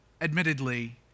admittedly